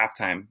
halftime